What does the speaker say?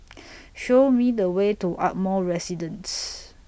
Show Me The Way to Ardmore Residence